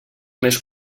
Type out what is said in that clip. més